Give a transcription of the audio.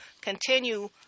continue